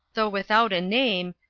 though without a name,